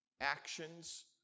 actions